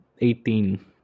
Eighteen